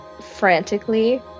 frantically